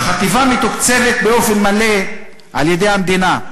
"החטיבה מתוקצבת באופן מלא על-ידי המדינה.